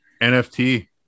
NFT